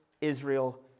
Israel